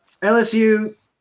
LSU –